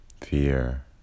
fear